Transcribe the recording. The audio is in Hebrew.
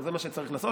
וזה מה שצריך לעשות,